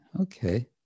Okay